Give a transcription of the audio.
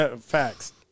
Facts